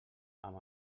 amb